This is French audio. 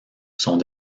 sont